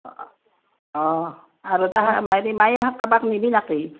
অঁ আৰু ত মায়ে মায়োক কাবাক নিবিনাকি